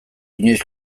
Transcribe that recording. inoiz